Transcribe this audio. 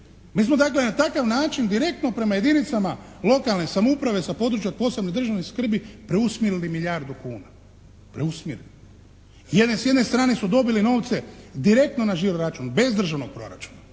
Mi smo dakle na takav način direktno prema jedinicama lokalne samouprave sa područja od posebne državne skrbi preusmjerili milijardu kuna, preusmjerili. Jer s jedne strane su dobili novce direktno na žiro račun, bez državnog proračuna.